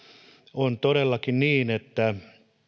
on todellakin niin että